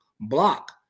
Block